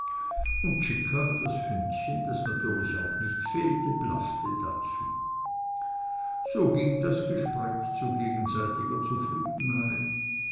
und czicka das hündchen das natürlich auch nicht fehlte blaffte dazu so ging das gespräch zu gegenseitiger zufriedenheit